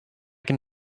can